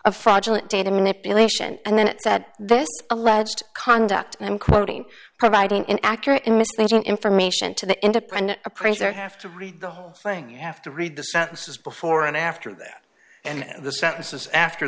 of fraudulent data manipulation and then that this alleged conduct and i'm quoting providing an accurate in misleading information to the independent appraiser have to read the whole thing you have to read the sentences before and after that and the sentences after